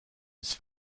was